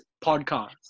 podcast